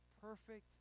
perfect